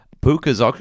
Puka's